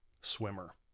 swimmer